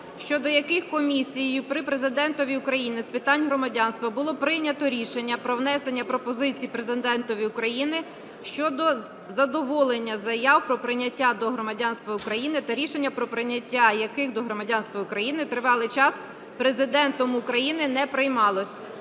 щодо яких Комісією при Президентові України з питань громадянства було прийнято рішення про внесення пропозицій Президентові України щодо задоволення заяв про прийняття до громадянства України, та рішення про прийняття яких до громадянства України тривалий час Президентом України не приймалося.